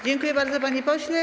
Dziękuję bardzo, panie pośle.